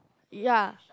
ya